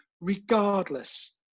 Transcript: regardless